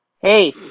Hey